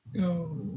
Go